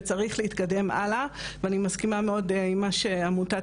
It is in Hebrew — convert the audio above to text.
וצריך להתקדם הלאה ואני מסכימה מאוד עם מה שעמותת